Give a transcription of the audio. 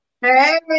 hey